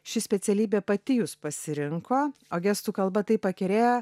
ši specialybė pati jus pasirinko o gestų kalba taip pakerėjo